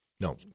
No